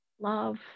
love